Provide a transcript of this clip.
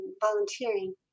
volunteering